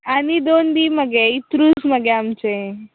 आनी दोन दी मगे इंत्रुज मगे आमचे